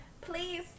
Please